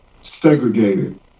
segregated